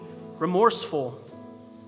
remorseful